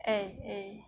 eh eh